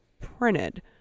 printed